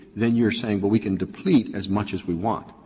then you're saying, but we can deplete as much as we want?